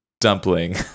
dumpling